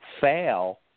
Fail